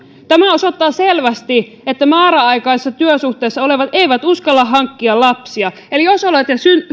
tämä osoittaa selvästi että määräaikaisessa työsuhteessa olevat eivät uskalla hankkia lapsia eli jos olette